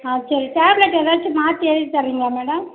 on சரி tablet எதாச்சும் மாற்றி எழுதி தரிங்ளா மேடம்